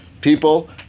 people